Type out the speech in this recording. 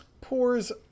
Pours